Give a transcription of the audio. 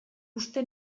uste